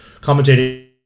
commentating